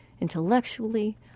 intellectually